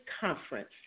Conference